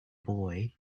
boy